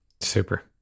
Super